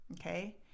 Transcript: Okay